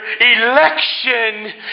election